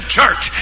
church